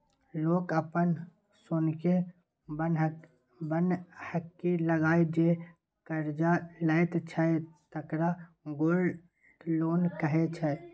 लोक अपन सोनकेँ बन्हकी लगाए जे करजा लैत छै तकरा गोल्ड लोन कहै छै